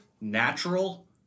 natural